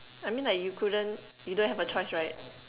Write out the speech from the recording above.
I mean like you couldn't you don't have a choice right